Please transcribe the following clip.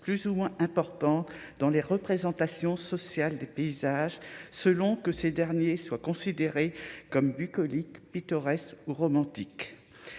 plus ou moins importants dans les représentations sociales des paysages selon que ces derniers soient considérés comme bucolique pittoresque ou romantique,